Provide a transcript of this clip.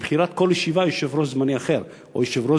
וכל ישיבה בחירת יושב-ראש זמני אחר או יושב-ראש